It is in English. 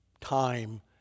time